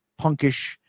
punkish